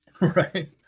right